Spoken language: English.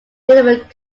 delivered